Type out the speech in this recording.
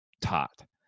taught